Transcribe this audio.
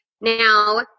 Now